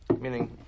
meaning